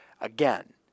again